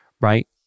right